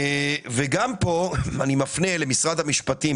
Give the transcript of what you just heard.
גם פה אני מפנה את העניין למשרד המשפטים,